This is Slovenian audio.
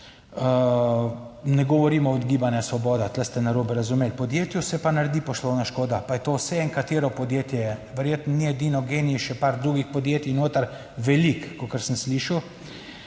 Ne govorimo od Gibanja Svoboda, tu ste narobe razumeli, v podjetju se pa naredi poslovna škoda, pa je to, saj eno katero podjetje je, verjetno ni edino GEN-I, še par drugih podjetij noter veliko, kakor sem slišal,